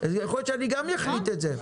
אולי גם אני אחליט על זה,